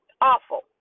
Awful